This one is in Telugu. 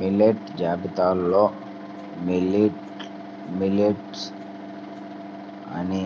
మిల్లెట్ జాబితాలో లిటిల్ మిల్లెట్ అని